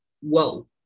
Whoa